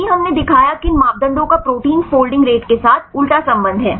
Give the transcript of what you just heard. यदि हमने दिखाया कि इन मापदंडों का प्रोटीन फोल्डिंग रेट के साथ उलटा संबंध है